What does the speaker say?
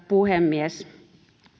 puhemies